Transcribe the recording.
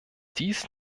dies